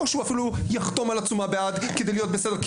או שהוא אפילו יחתום על עצומה בעד כדי להיות בסדר,